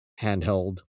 handheld